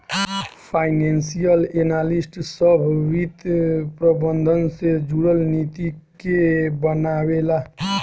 financial analyst सभ वित्त प्रबंधन से जुरल नीति के बनावे ला